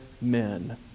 men